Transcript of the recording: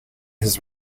his